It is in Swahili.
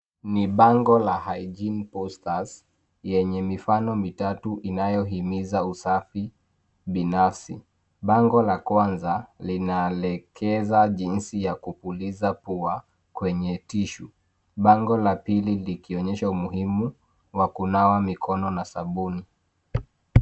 Ni bango la Hygiene Posters, yenye mifano mitatu inayohimiza usafi binafsi. Bango la kwanza, linaelekeza jinsi ya kupuliza pua kwenye tishu. Bango la pili likionyesha umuhimu wa kunawa mikono na sabuni.